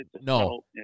No